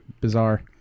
bizarre